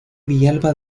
villalba